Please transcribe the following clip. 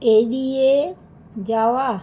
এড়িয়ে যাওয়া